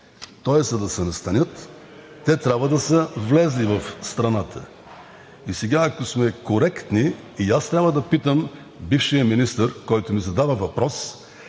за да се настанят, те трябва да са влезли в страната. Сега, ако сме коректни, и аз трябва да питам бившия министър, който ми задава въпрос: